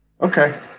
Okay